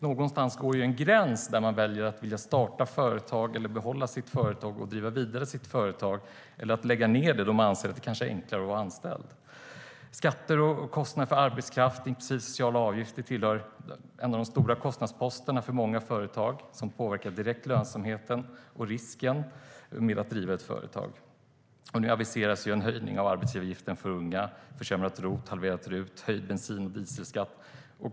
Någonstans går en gräns för när man väljer att starta företag eller att behålla sitt företag och driva det vidare eller att lägga ned det. Det finns en gräns då de anser att det kanske är enklare att vara anställd. Skatter och kostnader för arbetskraft, inklusive sociala avgifter, är en av de stora kostnadsposterna för många företag som direkt påverkar lönsamheten och risken med att driva ett företag. Nu aviseras en höjning av arbetsgivaravgiften för unga, ett försämrat ROT-avdrag, ett halverat RUT-avdrag och en höjd bensinskatt och dieselskatt.